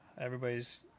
everybody's